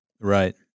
Right